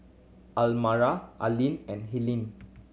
Aline and Helaine